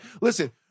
listen